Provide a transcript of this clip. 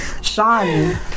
Sean